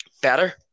better